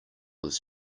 was